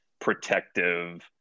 protective